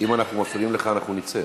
אם אנחנו מפריעים לך, אנחנו נצא.